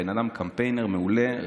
הבן אדם קמפיינר מעולה,